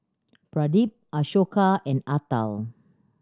Pradip Ashoka and Atal